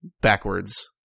backwards